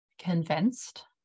convinced